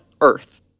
earth